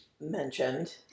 mentioned